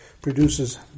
produces